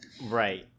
Right